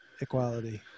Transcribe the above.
equality